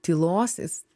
tylos jis